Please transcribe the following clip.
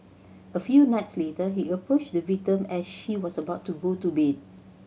a few nights later he approached the victim as she was about to go to bed